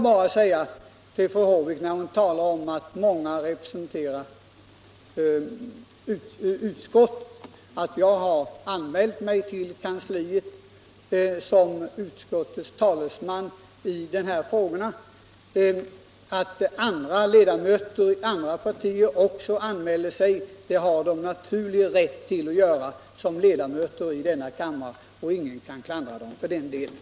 När sedan fru Håvik talar om att många representerar utskottet vill jag bara säga att jag anmält mig till kansliet som utskottets talesman i dessa frågor. Andra ledamöter i andra partier har naturligtvis också rätt att anmäla sig — som ledamöter i denna kammare. Ingen kan klandra dem för det.